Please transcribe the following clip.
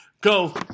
go